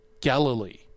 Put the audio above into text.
Galilee